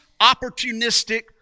opportunistic